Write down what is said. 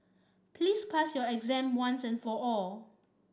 please pass your exam once and for all